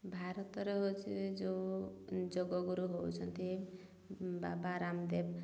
ଭାରତରେ ହେଉଛି ଯୋଉ ଯୋଗଗୁରୁ ହେଉଛନ୍ତି ବାବା ରାମଦେବ